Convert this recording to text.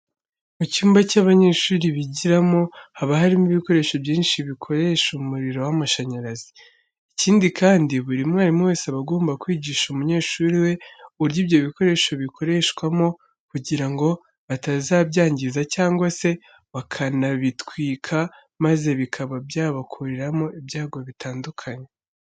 Mu cyumba abanyeshuri bigiramo, haba harimo bikoresho byinshi bikoresha umuriro w'amashanyarazi. Ikindi kandi, buri mwarimu wese aba agomba kwigisha umunyeshuri we uburyo ibyo bikoresho bikoreshwamo kugira ngo batazabyangiza cyangwa se bakanabitwika maze bikaba byabakururira ibyago bitandukanye.